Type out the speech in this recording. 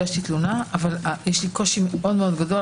הגשתי תלונה אבל יש לי קושי גדול.